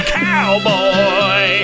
cowboy